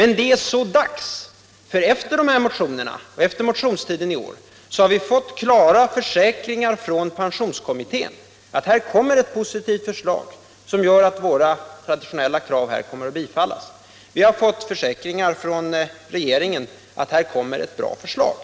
Nu är det så dags! Efter motionstiden i år har vi nämligen fått klara försäkringar från pensionskommittén om att det skall komma ett positivt förslag som kommer att innebära att folkpartiets krav kommer att bifallas. Vi har försäkringar från regeringen att det skall komma ett sådant förslag.